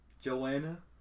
Joanna